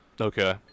Okay